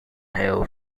hail